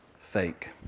fake